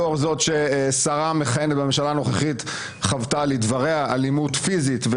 לאור זאת ששרה מכהנת בממשלה הנוכחית חוותה לדבריה אלימות פיזית,